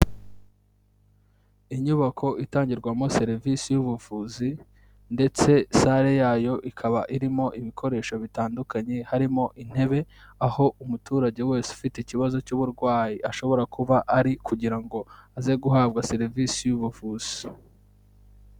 Inyubako itangirwamo serivisi y'ubuvuzi ndetse sale yayo ikaba irimo ibikoresho bitandukanye, harimo intebe, aho umuturage wese ufite ikibazo cy'uburwayi ashobora kuba ari kugira ngo aze guhabwa serivisi y'ubuvuzi.